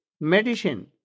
medicine